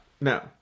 no